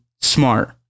smart